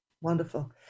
wonderful